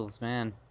man